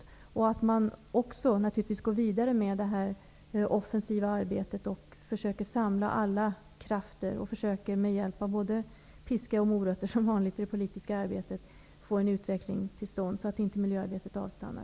Det är naturligtvis också angeläget att man går vidare med det här offensiva arbetet och försöker samla alla krafter. Det är angeläget att man -- som vanligt i det politiska arbetet med hjälp av både piska och morot - försöker få en utveckling till stånd, så att miljöarbetet inte avstannar.